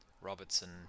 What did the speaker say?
Robertson